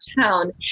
town